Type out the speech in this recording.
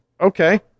Okay